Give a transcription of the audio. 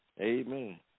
Amen